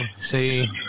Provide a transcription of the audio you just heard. See